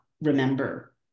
remember